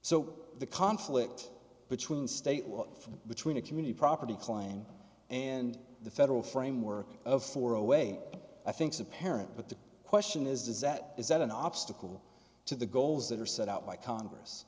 so the conflict between state what between a community property claim and the federal framework of four away i think's apparent but the question is is that is that an obstacle to the goals that are set out by congress